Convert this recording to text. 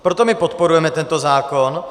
Proto my podporujeme tento zákon.